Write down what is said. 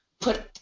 put